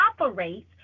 operates